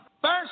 First